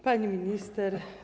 Pani Minister!